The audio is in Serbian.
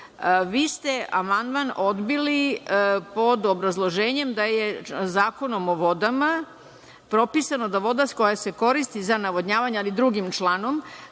ste amandman odbili pod obrazloženjem da je Zakonom o vodama propisano da voda koja se koristi za navodnjavanje, ali drugim članom